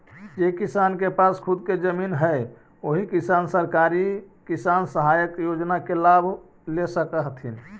जे किसान के पास खुद के जमीन हइ ओही किसान सरकारी किसान सहायता योजना के लाभ ले सकऽ हथिन